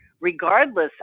regardless